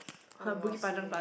oh-my-god so like